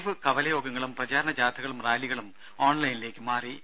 പതിവു കവല യോഗങ്ങളും പ്രചാരണ ജാഥകളും റാലികളും ഓൺലൈനിലേക്ക് മാറി